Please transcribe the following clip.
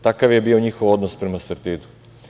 Takav je bio njihov odnos prema „Sartidu“